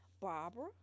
Barbara